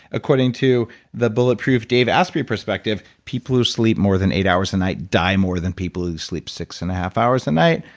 according to the bulletproof, dave asprey perspective, people who sleep more than eight hours a night die more than people who sleep six and a half hours a night.